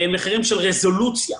מחירים של רזולוציה,